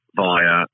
via